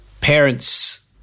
parents